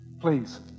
please